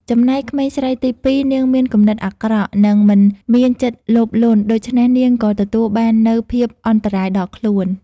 ចំំណែកក្មេងស្រីទីពីរ នាងមានគំនិតអាក្រក់ និងមិនមានចិត្តលោភលន់ដូច្នេះនាងក៏ទទួលបាននូវភាពអន្តរាយដល់ខ្លួន។